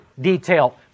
detail